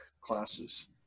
classes